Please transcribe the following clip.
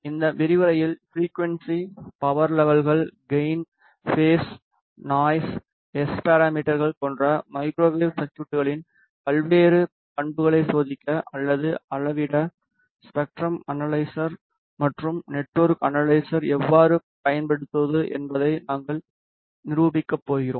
இந்த விரிவுரையில் frequency power லெவல்கள் கேய்ன் பேஸ் நாய்ஸ் எஸ் பாராமீட்டர்கள் போன்ற மைக்ரோவேவ் சர்குய்ட்களின் பல்வேறு பண்புகளை சோதிக்க அல்லது அளவிட ஸ்பெக்ட்ரம் அனலைசர் மற்றும் நெட்ஒர்க் அனலைசர் எவ்வாறு பயன்படுத்துவது என்பதை நாங்கள் நிரூபிக்கப் போகிறோம்